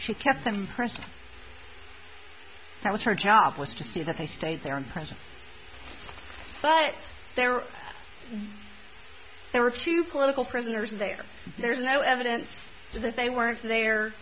she kept some person that was her job was to see that they stay there and present but there are there are two political prisoners there there's no evidence that they weren't